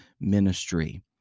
ministry